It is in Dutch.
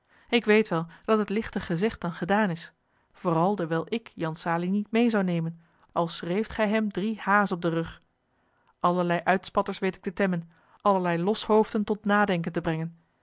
ik weet wel dat het ligter gezegd dan gedaan is vooral dewijl ik jan salie niet meê zou nemen al schreeft gij hem drie h's op den rug allerlei uitspatters weet ik te temmen allerlei loshoofden tot nadenken te brengen